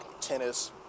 tennis